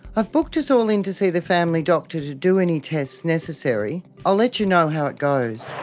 i've booked us all in to see the family doctor to do any tests necessary. i'll let you know how it goes.